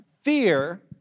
fear